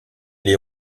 les